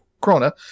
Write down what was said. Corona